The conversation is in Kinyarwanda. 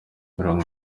mirongo